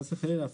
חס וחלילה.